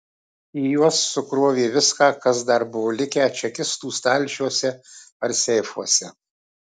į juos sukrovė viską kas dar buvo likę čekistų stalčiuose ar seifuose